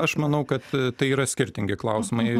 aš manau kad tai yra skirtingi klausimai